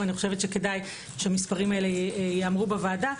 כדאי שהם ייאמרו בוועדה.